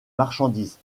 marchandises